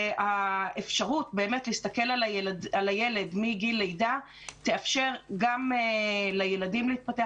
האפשרות להסתכל על הילד מגיל לידה תאפשר גם לילדים להתפתח